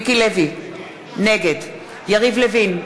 נגד יריב לוין,